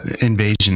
invasion